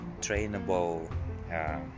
trainable